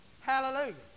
hallelujah